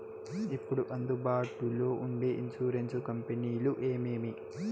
ఇప్పుడు అందుబాటులో ఉండే ఇన్సూరెన్సు కంపెనీలు ఏమేమి?